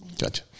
Gotcha